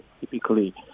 typically